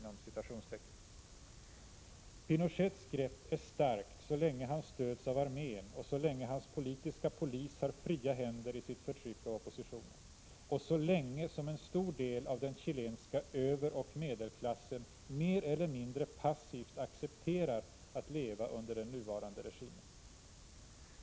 Pinochets grepp är starkt så länge han stöds av armén och så länge hans politiska polis har fria händer i sitt förtryck av oppositionen, och så länge som en stor del av den chilenska överoch medelklassen mer eller mindre passivt accepterar att leva under den nuvarande regimen.